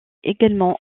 également